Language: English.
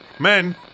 Men